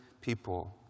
people